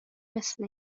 مثل